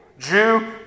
Jew